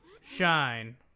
shine